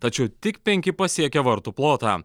tačiau tik penki pasiekė vartų plotą